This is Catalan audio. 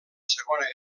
segona